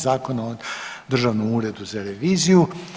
Zakona o državnom uredu za reviziju.